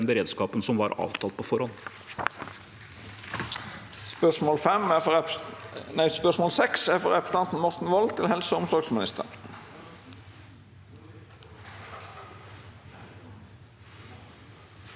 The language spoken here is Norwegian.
beredskapen som var avtalt på forhånd.